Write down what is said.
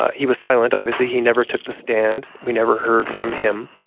he was silent, obviously, he never took the stand, we never heard from him.